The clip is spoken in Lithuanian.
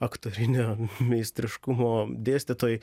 aktorinio meistriškumo dėstytojai